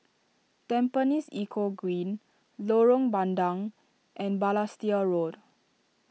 Tampines Eco Green Lorong Bandang and Balestier Road